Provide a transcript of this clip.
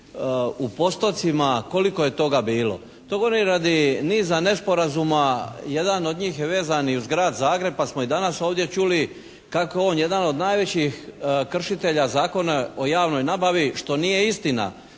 u postocima koliko je toga bilo. To govorim radi niza nesporazuma, jedan od njih je vezan i uz Grad Zagreb pa smo i danas ovdje čuli kako je on jedan od najvećih kršitelja zakona o javnoj nabavi, što nije istina.